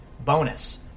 bonus